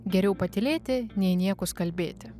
geriau patylėti nei niekus kalbėti